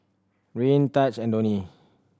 Reino Tahj and Donnie